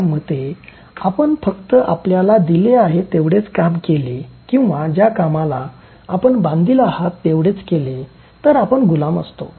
Robertson मते आपण फक्त आपल्याला दिले आहे तेवढेच काम केले किंवा ज्या कामाला आपण बांधील आहात तेवढेच केले तर आपण गुलाम असतो